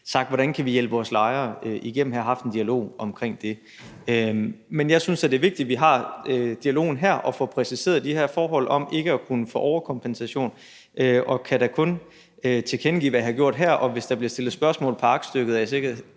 sagt, hvordan vi kan hjælpe vores lejere igennem, altså haft en dialog om det. Men jeg synes, det er vigtigt, at vi har dialogen her og får præciseret de her forhold om ikke at kunne få overkompensation, og jeg kan da kun tilkendegive, hvad jeg har gjort her, og hvis der bliver stillet spørgsmål i forbindelse med aktstykket, er jeg sikker